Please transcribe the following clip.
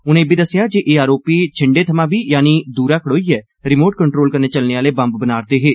उनें इब्बी दस्सेआ जे एह् आरोपी छिन्डे थमां बी यानि दूरा खड़ोइयै रमोर्ट कंट्रोल कन्नै चलने आले बम्ब बनारदे हे